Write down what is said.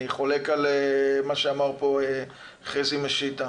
אני חולק על מה שאמר פה חזי משיטה.